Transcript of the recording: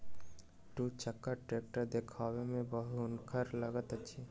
दू चक्का टेक्टर देखबामे देखनुहुर लगैत अछि